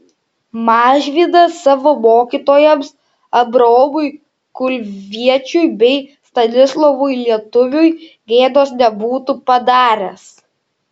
mažvydas savo mokytojams abraomui kulviečiui bei stanislovui lietuviui gėdos nebūtų padaręs